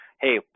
hey